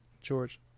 George